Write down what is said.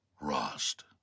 Rost